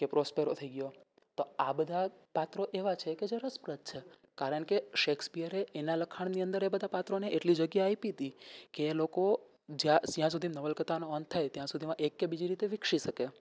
કે થઈ ગયો તો આ બધાં પાત્રો એવાં છે કે જે રસપ્રદ છે કારણ કે શેક્સપિયરે એના લખાણની અંદર એ બધાં પાત્રોને એટલી જગ્યા આપી હતી કે એ લોકો જ્યાં સુધી નવલકથો અંત થાય ત્યાં સુધી એક કે બીજી રીતે વિકસી શકે